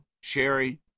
Sherry